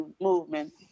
movement